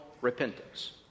repentance